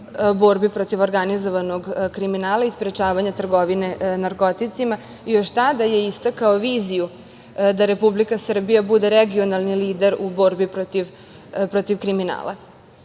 borbi protiv organizovanog kriminala i sprečavanja trgovine narkoticima. Još tada je istakao viziju da Republika Srbija bude regionalni lider u borbi protiv kriminala